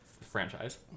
franchise